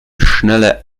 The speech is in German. schnelle